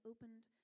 Opened